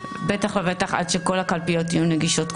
שהסוגיה של כתובת שבטית קולקטיבית זאת בעיה.